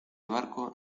barco